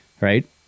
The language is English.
right